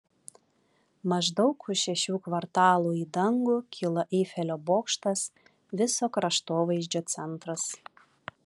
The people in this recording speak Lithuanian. maždaug už šešių kvartalų į dangų kilo eifelio bokštas viso kraštovaizdžio centras